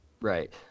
Right